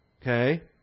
Okay